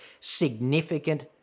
significant